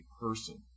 person